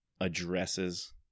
addresses